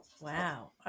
Wow